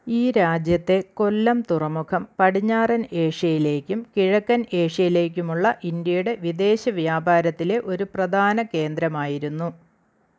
ഈ രാജ്യത്തെ കൊല്ലം തുറമുഖം പടിഞ്ഞാറൻ ഏഷ്യയിലേക്കും കിഴക്കൻ ഏഷ്യയിലേക്കുമുള്ള ഇന്ത്യയുടെ വിദേശവ്യാപാരത്തിലെ ഒരു പ്രധാന കേന്ദ്രമായിരുന്നു